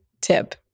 tip